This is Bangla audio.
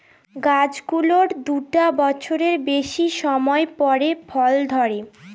গাছ গুলোর দুটা বছরের বেশি সময় পরে ফল ধরে